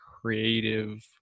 creative